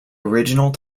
original